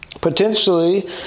Potentially